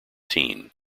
teen